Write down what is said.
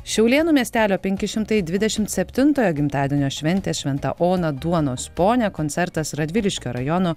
šiaulėnų miestelio penki šimtai dvidešimt septintojo gimtadienio šventės šventa ona duonos ponia koncertas radviliškio rajono